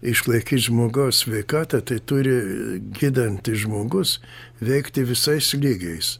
išlaikyt žmogaus sveikatą tai turi gydantis žmogus veikti visais lygiais